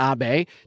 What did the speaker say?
Abe